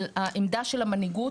על העמדה של המנהיגות,